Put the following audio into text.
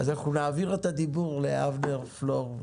אנחנו נעביר את רשות הדיבור לאבנר פלור,